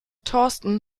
thorsten